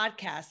podcast